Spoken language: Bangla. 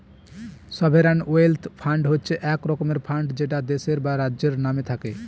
সভেরান ওয়েলথ ফান্ড হচ্ছে এক রকমের ফান্ড যেটা দেশের বা রাজ্যের নামে থাকে